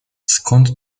skąd